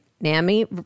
NAMI